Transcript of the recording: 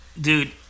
Dude